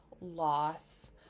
loss